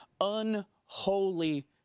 unholy